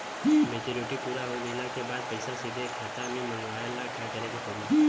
Maturity पूरा हो गइला के बाद पईसा सीधे खाता में मँगवाए ला का करे के पड़ी?